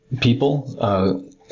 people